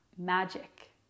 Magic